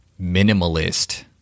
minimalist